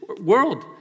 world